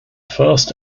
first